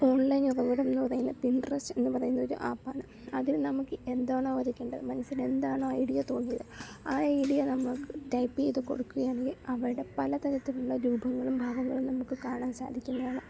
ഓൺലൈനിനു പകരം mobile Pinterest എന്ന് പറയുന്ന ഒരു ആപ്പാണ് അതിൽ നമുക്ക് എന്താണോ വരേണ്ടത് മനസ്സിൽ എന്താണോ ഐഡിയ തോന്നുന്നത് ആ ഐഡിയയിൽ നമ്മൾക്ക് ടൈപ്പ് ചെയ്തു കൊടുക്കുകയാണെങ്കിൽ അവിടെ പല തരത്തിലുള്ള രൂപങ്ങളും ഭാവങ്ങളും നമുക്ക് കാണാൻ സാധിക്കുന്നതാണ്